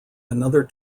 another